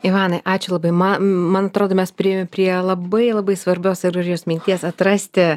ivanai ačiū labai ma man atrodo mes priėjo prie labai labai svarbios ir gražios minties atrasti